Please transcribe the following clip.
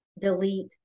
delete